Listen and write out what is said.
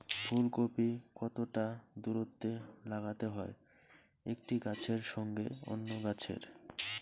ফুলকপি কতটা দূরত্বে লাগাতে হয় একটি গাছের সঙ্গে অন্য গাছের?